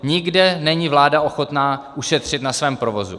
Nikde není vláda ochotná ušetřit na svém provozu.